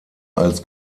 als